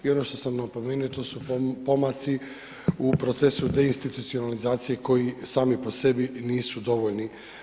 I ono što sam napomenuo i to su pomaci u procesu deinstitucionalizacije koji sami po sebi nisu dovoljni.